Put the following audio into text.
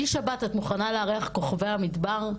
שישבת את מוכנה לארח כוכבי המדבר,